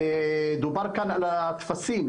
דובר כאן על הטפסים.